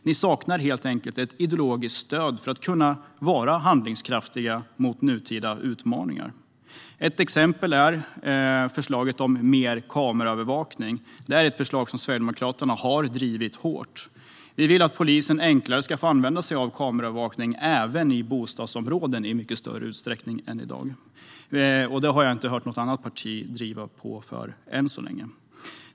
Ni saknar helt enkelt ett ideologiskt stöd för kunna vara handlingskraftiga vid nutida utmaningar. Ett exempel är förslaget om mer kameraövervakning. Det är ett förslag som Sverigedemokraterna har drivit hårt. Vi vill att polisen enklare ska få använda sig av kameraövervakning även i bostadsområden i mycket större utsträckning än i dag. Det har jag än så länge inte hört något annat parti driva på för.